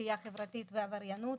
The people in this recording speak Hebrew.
סטייה חברתית ועבריינות,